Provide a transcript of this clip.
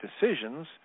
decisions